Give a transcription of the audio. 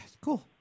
cool